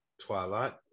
Twilight